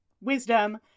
wisdom